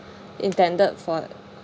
intended for